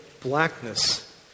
blackness